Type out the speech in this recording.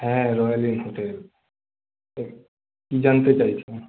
হ্যাঁ Royal Inn hotel তো কি জানতে চাইছেন